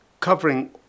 covering